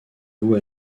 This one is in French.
vous